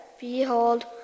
behold